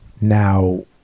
now